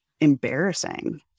embarrassing